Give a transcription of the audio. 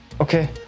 Okay